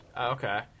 okay